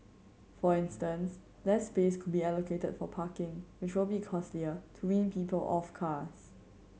for instance less space could be allocated for parking which will be costlier to wean people off cars